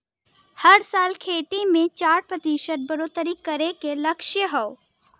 हर साल खेती मे चार प्रतिशत के बढ़ोतरी करे के लक्ष्य हौ